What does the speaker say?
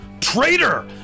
Traitor